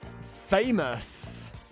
famous